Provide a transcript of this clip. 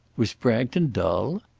was bragton dull?